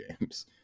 games